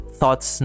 thoughts